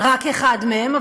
רק אחד מהם,